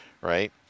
right